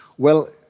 well,